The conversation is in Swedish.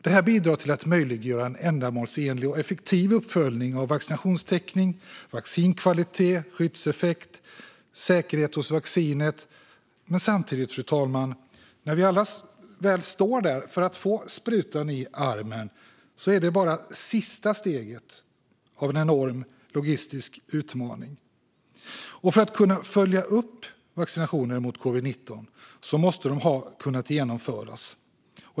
Det här bidrar till att möjliggöra en ändamålsenlig och effektiv uppföljning av vaccinationstäckning, vaccinkvalitet, skyddseffekt och säkerhet hos vaccinet. Men samtidigt, fru talman, när vi alla väl står där för att få sprutan i armen är det bara det sista steget av en enorm logistisk utmaning. För att kunna följa upp vaccinationer mot covid-19 måste de ha kunnat genomföras.